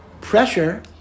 pressure